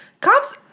Cops